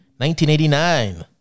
1989